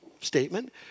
statement